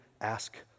ask